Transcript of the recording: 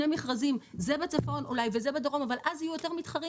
מכרזים זה בצפון אולי וזה בדרום אבל אז יהיו יותר מתחרים